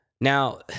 Now